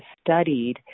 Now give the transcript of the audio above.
studied